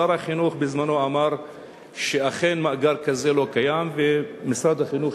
שר החינוך אמר בזמנו שאכן מאגר כזה לא קיים ומשרד החינוך